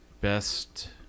best